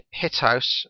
Hithouse